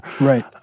Right